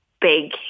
big